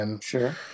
Sure